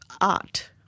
art